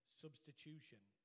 substitution